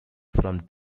from